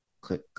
Click